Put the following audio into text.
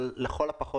לכל הפחות,